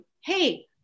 hey